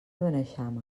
beneixama